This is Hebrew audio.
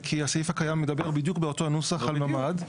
כי הסעיף הקיים מדבר בדיוק באותו הנוסח על ממ"ד,